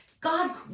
God